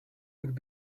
could